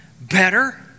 better